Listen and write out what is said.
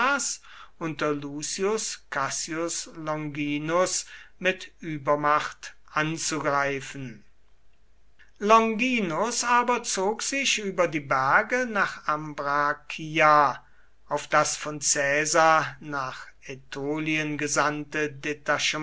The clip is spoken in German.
lucius cassius longinus mit übermacht anzugreifen longinus aber zog sich über die berge nach ambrakia auf das von caesar nach ätolien gesandte